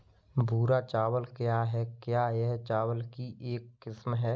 भूरा चावल क्या है? क्या यह चावल की एक किस्म है?